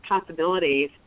possibilities